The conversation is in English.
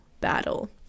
battle